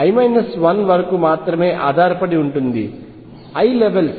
l 1 వరకు మాత్రమే ఆధారపడి ఉంటుంది l లెవెల్ స్